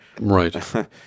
Right